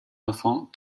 enfants